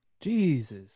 Jesus